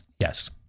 Yes